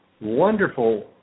wonderful